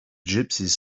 gypsies